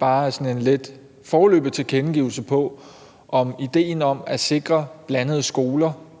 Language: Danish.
bare sådan en lidt foreløbig tilkendegivelse af, om idéen om at sikre blandede skoler